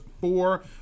four